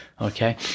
Okay